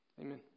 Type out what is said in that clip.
amen